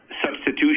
substitution